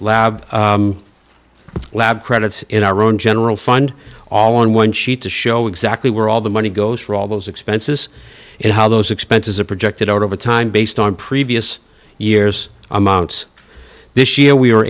lab lab credits in our own general fund all on one sheet to show exactly where all the money goes for all those expenses and how those expenses are projected over time based on previous years amounts this year we were